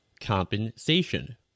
compensation